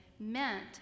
Meant